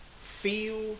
Feel